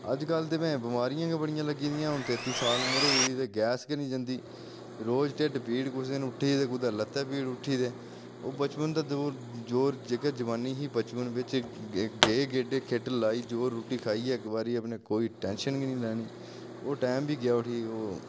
अजकल ते बमारियां गै बड़ी लग्गी दियां हून तेत्ती साल उमर होई दी ते गैस गै निं जंदी रोज ढिड्ड पीड़ कुसै दिन उट्ठी दी कुतै लत्तै पीड़ उट्ठी दी ते ओह् बचपन दा जोर जेह्का जबानी ही बचपन गे गेड्डे खिट्ट लाई जोर रुट्टी खाइयै इक बारी खाई फिर अपने कोई टैंशन निं लैनी ओह् टैम बी गेआ उट्टी ओह्